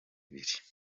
ibiri